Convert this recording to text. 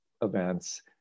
events